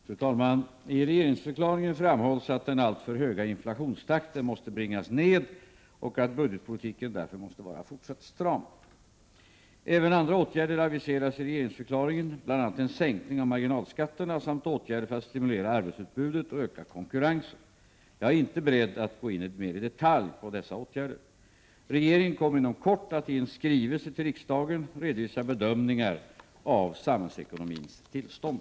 Fru talman! I regeringsförklaringen framhålls att den alltför höga inflationstakten måste bringas ned och att budgetpolitiken därför måste vara fortsatt stram. Även andra åtgärder aviseras i regeringsförklaringen, bl.a. en sänkning av marginalskatterna samt åtgärder för att stimulera arbetsutbudet och öka konkurrensen. Jag är inte beredd att gå in mer i detalj på dessa åtgärder. Regeringen kommer inom kort att i en skrivelse till riksdagen redovisa bedömningar av samhällsekonomins tillstånd.